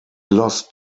lost